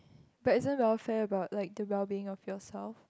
but isn't welfare about like the welbeing of yourself